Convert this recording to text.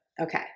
Okay